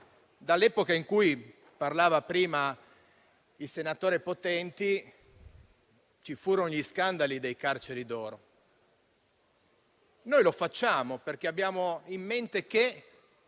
dall'epoca in cui - ne parlava prima il senatore Potenti - ci furono gli scandali delle carceri d'oro. Noi lo facciamo perché abbiamo in mente che